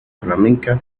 flamenca